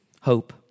hope